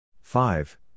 five